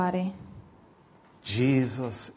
Jesus